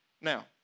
Now